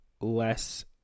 less